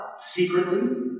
secretly